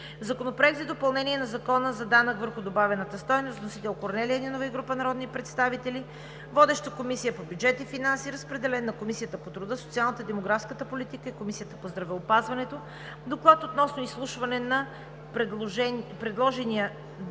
Законопроект за допълнение на Закона за данък върху добавената стойност. Вносители: Корнелия Нинова и група народни представители. Водеща е Комисията по бюджет и финанси. Разпределен е и на Комисията по труда, социалната и демографската политика и на Комисията по здравеопазването. Доклад относно изслушването на предложения кандидат